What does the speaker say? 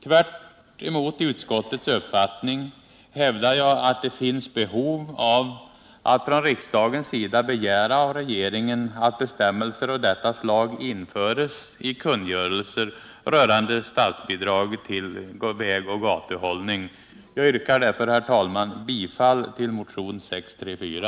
Tvärtemot utskottets uppfattning hävdar jag att det finns behov av att riksdagen begär av regeringen att bestämmelser av detta slag införs i kungörelser rörande statsbidrag till vägoch gatuhållning. Jag yrkar därför, herr talman, bifall till motionen 634.